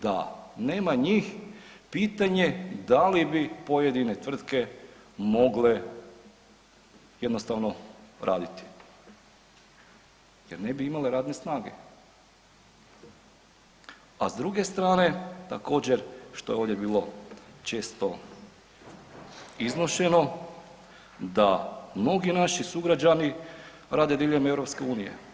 Da nema njih pitanje da li bi pojedine tvrtke mogle jednostavno raditi, jer ne bi imale radne snage, a s druge strane također što je ovdje bilo često iznošeno da mnogi naši sugrađani rade diljem EU.